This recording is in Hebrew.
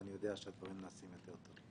ואני יודע שהדברים נעשים יותר טוב.